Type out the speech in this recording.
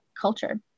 culture